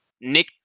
Nick